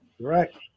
Correct